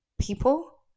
people